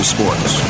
Sports